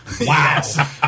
Wow